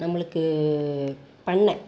நம்மளுக்கு பண்ணை